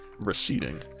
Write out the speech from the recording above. receding